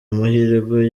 amahirwe